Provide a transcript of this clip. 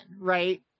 right